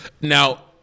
Now